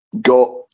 Got